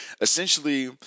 essentially